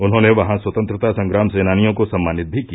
उन्होंने वहां स्वतंत्रता संग्राम सेनानियों को सम्मानित भी किया